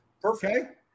Perfect